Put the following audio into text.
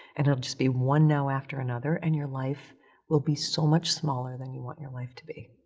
and it'll just be one no after another and your life will be so much smaller than you want your life to be.